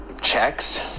checks